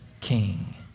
king